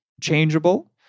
changeable